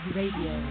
radio